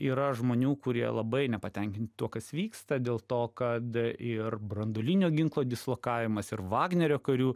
yra žmonių kurie labai nepatenkinti tuo kas vyksta dėl to kad ir branduolinio ginklo dislokavimas ir vagnerio karių